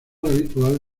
habitual